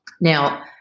Now